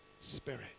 Spirit